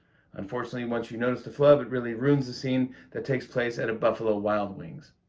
unfortunately, once you notice the flub, it really ruins the scene that takes place at a buffalo wild wings.